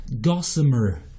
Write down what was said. Gossamer